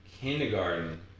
kindergarten